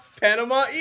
Panama